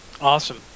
Awesome